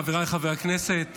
חבריי חברי הכנסת,